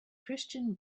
christian